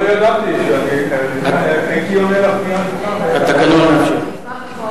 לא ידעתי שאני עונה, אחרת הייתי עונה לך מעל